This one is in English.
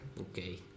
Okay